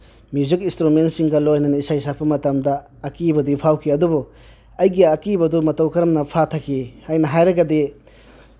music ꯏꯟꯁꯇ꯭ꯔꯨꯃꯦꯟꯁꯤꯡꯒ ꯂꯣꯏꯅꯅ ꯏꯁꯩ ꯁꯛꯄ ꯃꯇꯝꯗ ꯑꯀꯤꯕꯗꯤ ꯐꯥꯎꯈꯤ ꯑꯗꯨꯕꯨ ꯑꯩꯒꯤ ꯑꯀꯤꯕꯁꯨ ꯃꯇꯧ ꯀꯔꯝꯅ ꯐꯥꯊꯈꯤ ꯍꯥꯏꯅ ꯍꯥꯏꯔꯒꯗꯤ